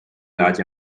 large